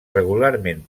regularment